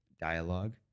dialogue